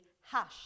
hush